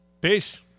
Peace